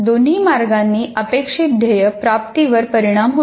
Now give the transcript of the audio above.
दोन्ही मार्गांनी अपेक्षित ध्येय प्राप्ती वर परिणाम होतो